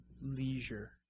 leisure